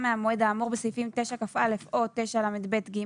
מהמועד האמור בסעיפים 9כא או 9לב(ג),